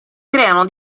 creano